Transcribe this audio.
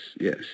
yes